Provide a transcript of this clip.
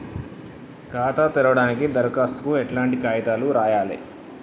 ఖాతా తెరవడానికి దరఖాస్తుకు ఎట్లాంటి కాయితాలు రాయాలే?